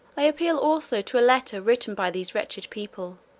i appeal also to a letter written by these wretched people,